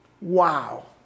Wow